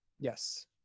Yes